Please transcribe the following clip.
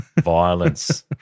violence